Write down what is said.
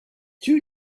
two